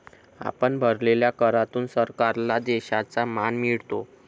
आपण भरलेल्या करातून सरकारला देशाचा मान मिळतो